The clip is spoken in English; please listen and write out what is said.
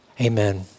Amen